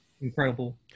incredible